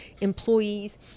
employees